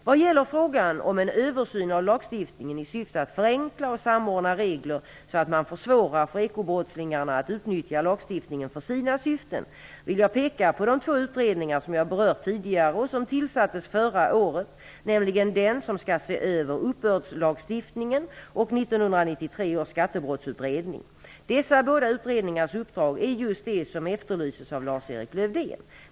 Vad gäller frågan om en översyn av lagstiftningen i syfte att förenkla och samordna regler så att man försvårar för ekobrottslingarna att utnyttja lagstiftningen för sina syften vill jag peka på de två utredningar, som jag berört tidigare, och som tillsattes förra året nämligen den som skall se över uppbördslagstiftningen och 1993 års skattebrottsutredning. Dessa båda utredningars uppdrag är just det som efterlyses av Lars-Erik Lövdén.